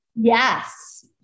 Yes